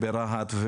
ברהט,